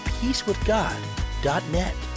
peacewithgod.net